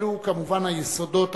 אלו, כמובן, היסודות החיוניים,